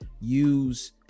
use